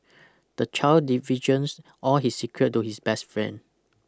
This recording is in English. the child divulges all his secret to his best friend